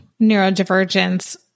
neurodivergence